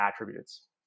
attributes